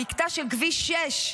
המקטע של כביש 6,